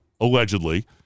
allegedly